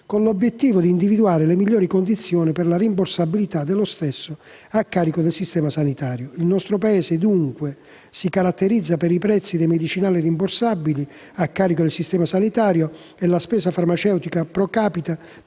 con l'obiettivo di individuare le migliori condizioni per la rimborsabilità dello stesso a carico del Servizio sanitario nazionale. Il nostro Paese, dunque, si caratterizza per i prezzi dei medicinali rimborsabili a carico del Servizio sanitario nazionale e la spesa farmaceutica *pro capite*